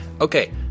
okay